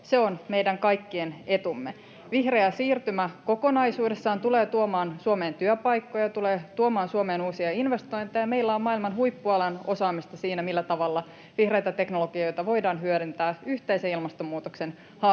Se on meidän kaikkien etu. Vihreä siirtymä kokonaisuudessaan tulee tuomaan Suomeen työpaikkoja, tulee tuomaan Suomeen uusia investointeja, ja meillä on maailman huippualan osaamista siinä, millä tavalla vihreitä teknologioita voidaan hyödyntää yhteisen ilmastonmuutoksen haasteen